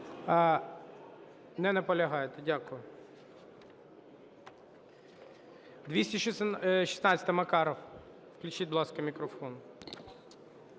Не наполягаєте? Дякую. 216-а, Макаров. Включіть, будь ласка, мікрофон.